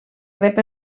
rep